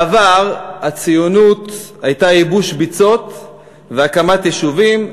בעבר הציונות הייתה ייבוש ביצות והקמת יישובים.